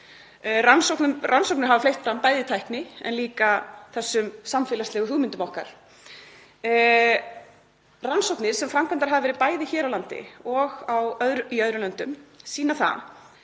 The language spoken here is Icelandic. Rannsóknum hefur fleygt fram, bæði tækninni en líka samfélagslegum hugmyndum okkar. Rannsóknir sem framkvæmdar hafa verið hér á landi og í öðrum löndum sýna að